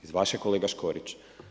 Iz vaše kolega Škorić.